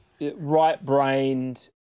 right-brained